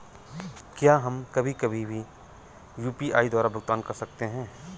क्या हम कभी कभी भी यू.पी.आई द्वारा भुगतान कर सकते हैं?